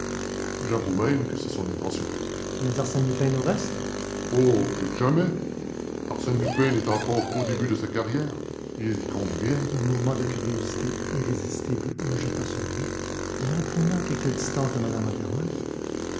j'avoue même que c'est son intention mais arsène lupin nous reste oh plus que jamais arsène lupin n'est encore qu'au début de sa carrière et il compte bien un mouvement de curiosité irrésistible me jeta sur lui et l'entraînant à quelque distance de mme andermatt